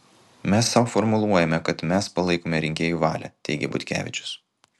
mes sau formuluojame kad mes palaikome rinkėjų valią teigė butkevičius